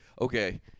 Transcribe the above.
Okay